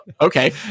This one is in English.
okay